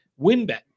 winbet